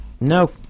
No